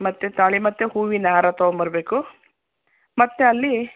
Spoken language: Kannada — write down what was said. ಮತ್ತು ತಾಳಿ ಮತ್ತು ಹೂವಿನಾರ ತೊಗೊಂ ಬರಬೇಕು ಮತ್ತು ಅಲ್ಲಿ